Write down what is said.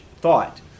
thought